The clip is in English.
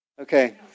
Okay